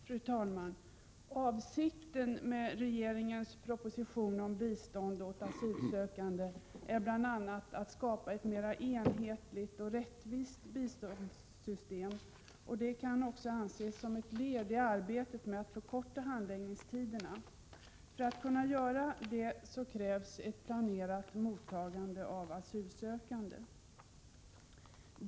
Fru talman! Avsikten med regeringens proposition om bistånd åt asylsökande är bl.a. att skapa ett mer enhetligt och rättvist biståndssystem. Det kan också ses som ett led i arbetet med att förkorta handläggningstiderna. För att kunna göra detta krävs ett planerat mottagande av asylsökande.